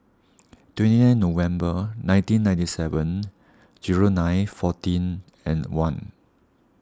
twenty nine November nineteen ninety seven zero nine fourteen and one